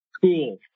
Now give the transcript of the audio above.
Cool